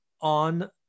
on